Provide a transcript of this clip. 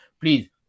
please